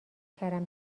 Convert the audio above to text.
کردم